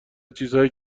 چیزهایی